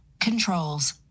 Controls